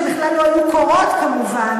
שבכלל לא היו קורות כמובן,